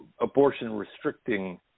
abortion-restricting